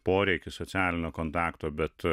poreikių socialinio kontakto bet